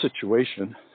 situation